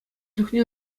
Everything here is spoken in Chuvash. чухне